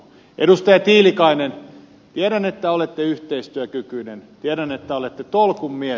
edustaja tiilikainen tiedän että olette yhteistyökykyinen tiedän että olette tolkun mies